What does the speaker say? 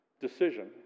decision